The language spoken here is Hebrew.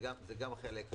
זה גם חלק,